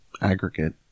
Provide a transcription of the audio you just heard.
Aggregate